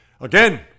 Again